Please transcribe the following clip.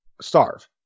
starve